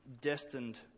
destined